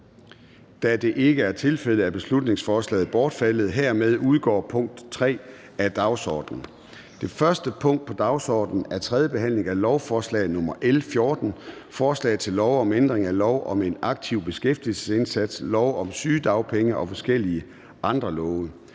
Da det ikke er tilfældet, er beslutningsforslaget bortfaldet. Hermed udgår punkt 3 af dagsordenen. --- Det første punkt på dagsordenen er: 1) 3. behandling af lovforslag nr. L 14: Forslag til lov om ændring af lov om en aktiv beskæftigelsesindsats, lov om sygedagpenge og forskellige andre love.